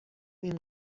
این